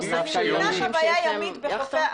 לאוסף אנשים שיש להם יכטות?